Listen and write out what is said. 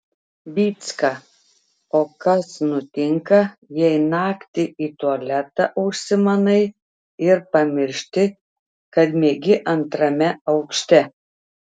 vycka o kas nutinka jei naktį į tualetą užsimanai ir pamiršti kad miegi antrame aukšte